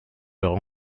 leur